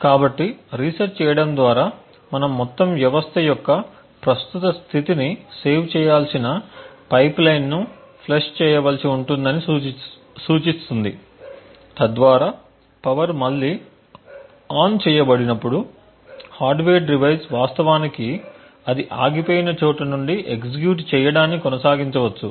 కాబట్టి రీసెట్ చేయడం ద్వారా మనం మొత్తం వ్యవస్థ యొక్క ప్రస్తుత స్థితిని సేవ్ చేయాల్సిన పైప్లైన్ను ఫ్లష్ చేయవలసి ఉంటుందని సూచిస్తుంది తద్వారా పవర్ మళ్లీ ఆన్ చేయబడినప్పుడు హార్డ్వేర్ డివైస్ వాస్తవానికి అది ఆగిపోయిన చోట నుండి ఎగ్జిక్యూట్ చేయడాన్ని కొనసాగించవచ్చు